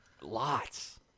lots